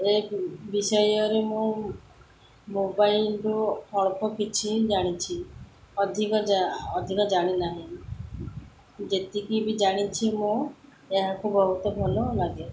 ଏ ବିଷୟରେ ମୁଁ ମୋବାଇଲ୍ରୁ ଅଳ୍ପ କିଛି ଜାଣିଛି ଅଧିକା ଅଧିକ ଜାଣିନାହିଁ ଯେତିକି ବି ଜାଣିଛି ମୁଁ ଏହାକୁ ବହୁତ ଭଲ ଲାଗେ